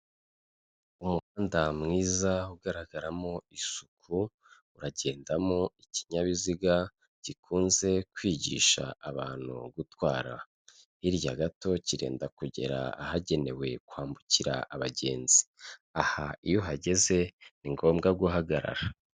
Umuhanda mwiza ugaragaramo isuku, uragendamo ikinyabiziga gikunze kwigisha abantu gutwara, hirya gato kirenda kugera ahagenewe kwambukira abagenzi, aha iyo uhageze ni ngombwa guhagarara.